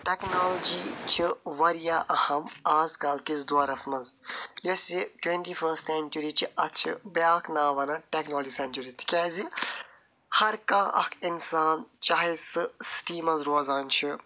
technology چھِ واریاہ اہم آز کل کِس دورس منٛز یۄس یہِ ٹۄنٛٹی فٔسٹ سٮ۪نچِری چھِ اَتھ چھِ بیٛاکھ ناو ونان ٹٮ۪کنالجی سٮ۪نچِری تکیٛازِ ہر کانٛہہ اکھ انسان چاہے سُہ سٹی منٛز روزان چھِ